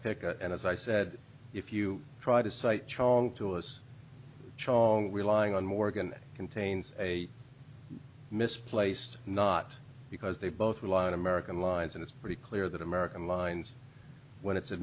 pick and as i said if you try to cite truong to us charming relying on morgan contains a misplaced not because they both rely on american lines and it's pretty clear that american lines when it's a